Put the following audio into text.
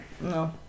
No